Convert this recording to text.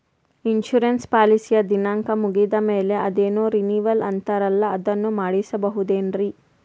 Insurance ಪಾಲಿಸಿಯ ದಿನಾಂಕ ಮುಗಿದ ಮೇಲೆ ಅದೇನೋ ರಿನೀವಲ್ ಅಂತಾರಲ್ಲ ಅದನ್ನು ಮಾಡಿಸಬಹುದೇನ್ರಿ?